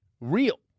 real